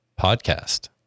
podcast